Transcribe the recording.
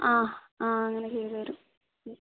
ആ ആ അങ്ങനെ ചെയ്തു തരും